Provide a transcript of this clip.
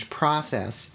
process